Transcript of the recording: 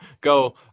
go